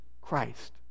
Christ